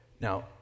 Now